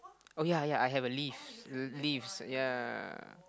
oh ya ya I have a leaves leaves ya